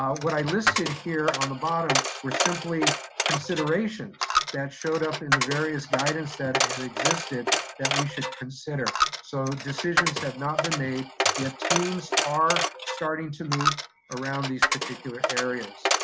what i listed here on the bottom were simply considerations that showed up in the various guidance that had existed that we should consider. so decisions have not been made, yet teams are starting to meet around these particular areas.